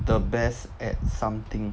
the best at something